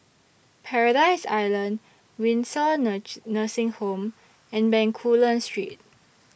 Paradise Island Windsor Nursing Home and Bencoolen Street